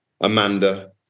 Amanda